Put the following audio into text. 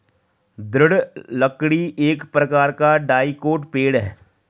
दृढ़ लकड़ी एक प्रकार का डाइकोट पेड़ है